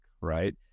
right